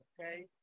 okay